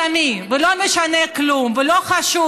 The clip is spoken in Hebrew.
סתמי ולא משנה כלום ולא חשוב,